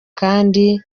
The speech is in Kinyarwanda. kandi